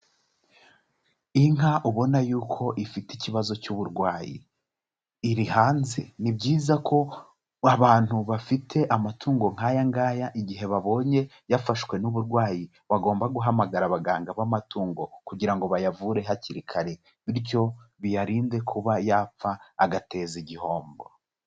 Inka ubona yuko ifite ikibazo cy'uburwayi. Iri hanze. Ni byiza ko abantu bafite amatungo nk'aya ngaya igihe babonye yafashwe n'uburwayi, bagomba guhamagara abaganga b'amatungo kugira ngo bayavure hakiri kare bityo biyarinde kuba yapfa, agateza igihombo.